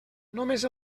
només